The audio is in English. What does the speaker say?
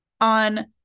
On